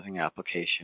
application